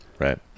right